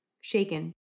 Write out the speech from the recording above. Shaken